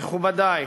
מכובדי,